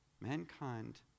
Mankind